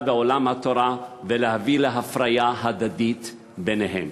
לעולם התורה ולהביא להפריה הדדית ביניהם.